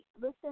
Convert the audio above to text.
listen